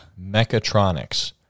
Mechatronics